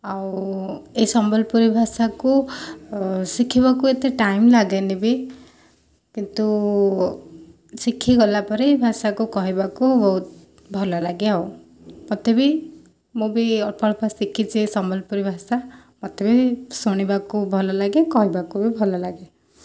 ଆଉ ଏ ସମ୍ବଲପୁରୀ ଭାଷାକୁ ଶିଖିବାକୁ ଏତେ ଟାଇମ୍ ଲାଗେନି ବି କିନ୍ତୁ ଶିଖିଗଲା ପରେ ଏଇ ଭାଷାକୁ କହିବାକୁ ବହୁତ ଭଲଲାଗେ ଆଉ ମୋତେ ବି ମୁଁ ବି ଅଳ୍ପ ଅଳ୍ପ ଶିଖିଛି ସମ୍ବଲପୁରୀ ଭାଷା ମୋତେ ବି ଶୁଣିବାକୁ ଭଲଲାଗେ କହିବାକୁ ବି ଭଲଲାଗେ